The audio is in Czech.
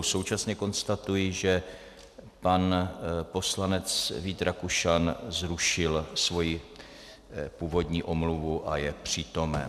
Současně konstatuji, že pan poslanec Vít Rakušan zrušil svoji původní omluvu a je přítomen.